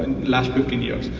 last fifteen years.